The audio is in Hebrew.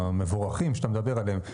המבורכים שאתה מדבר עליהם,